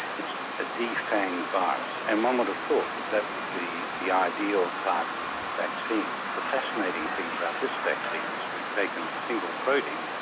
it's a defanged virus. and one would have thought that that would be the ideal type of vaccine. the fascinating thing about this vaccine is we've taken a single protein,